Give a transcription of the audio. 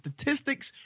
statistics